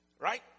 right